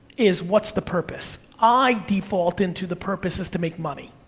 is what's the purpose? i default into the purpose is to make money.